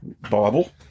Bible